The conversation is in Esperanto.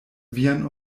vian